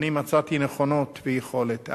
אני מצאתי נכונות ויכולת.